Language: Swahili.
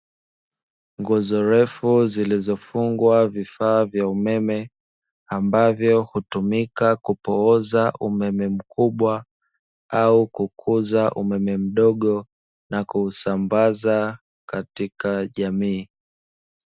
Nguzo ndefu zilizofungwa vifaa vya umeme, ambavyo hutumika kupooza umeme mkubwa au kukuza umeme mdogo na kuusambaza katika jamii.